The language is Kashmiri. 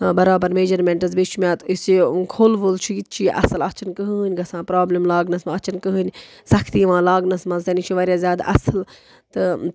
برابر میجَرمینٹٕس بیٚیہِ چھُ مےٚ اَتھ یُس یہِ کھٚل ووٚل چھُ یہِ تہِ چھُ یہِ اَصٕل اَتھ چھُنہٕ کٕہٕنۍ گژھان پرابلِم لاگنَس منٛز اَتھ چھنہٕ کٕہٕنۍ سَختی یِوان لاگنَس منٛز تہِ نہ یہِ چھِ واریاہ زیادٕ اَصٕل تہٕ